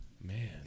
Man